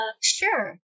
Sure